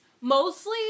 mostly